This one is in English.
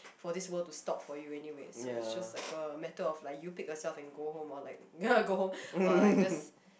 for this world to stop for you anyway so it's just like a matter of like you pick yourself and go home or like go home or like just